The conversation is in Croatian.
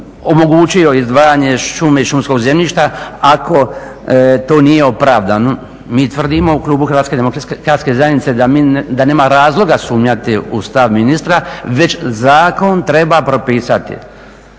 omogućio izdvajanje šume iz šumskog zemljišta ako to nije opravdano? Mi tvrdimo u klubu HDZ-a da nema razloga sumnjati u stav ministra već zakon treba propisati